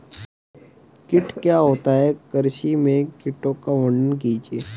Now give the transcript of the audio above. कीट क्या होता है कृषि में कीटों का वर्णन कीजिए?